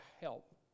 help